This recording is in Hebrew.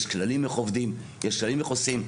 יש כללים איך עובדים, יש כללים איך עושים.